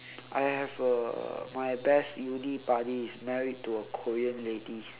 I have a my best uni buddy is married to a korean lady